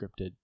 scripted